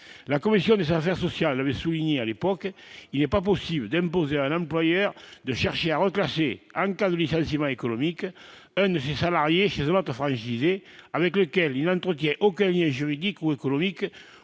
la commission des affaires sociales avait souligné à l'époque, il n'est pas possible d'imposer à l'employeur de chercher à reclasser en cas de licenciement économique ne salarié chez un peu fragilisé avec lequel il n'entretient aucun lien juridique ou économique,